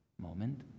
moment